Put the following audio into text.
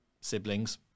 siblings